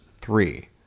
three